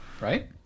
Right